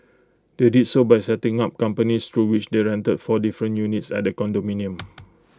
they did so by setting up companies through which they rented four different units at condominium